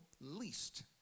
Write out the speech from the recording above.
least